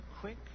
quick